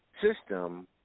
system